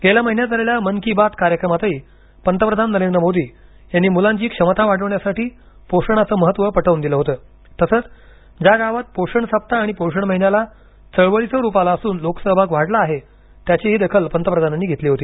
गेल्या महिन्यात झालेल्या मन की बात कार्यक्रमातही पंतप्रधान नरेंद्र मोदी यांनी मुलांची क्षमता वाढवण्यासाठी पोषणाचं महत्त्व पटवून दिलं होतं तसंच ज्या गावात पोषण सप्ताह आणि पोषण महिन्याला चळवळीचं रूप आलं असून लोकसहभाग वाढला आहे त्याचीही दखल पंतप्रधानांनी घेतली होती